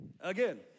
again